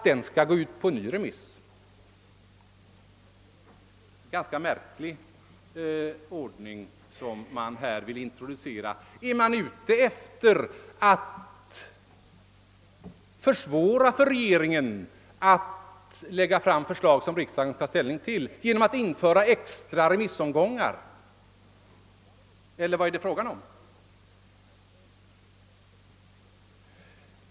Det är verkligen en underlig ordning man vill introducera. Är man ute efter att försvåra för regeringen att lägga fram förslag som riksdagen skall ta ställning till? Vill man göra det genom att införa en extra remissomgång, eller vad är det fråga om?